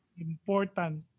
Important